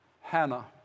Hannah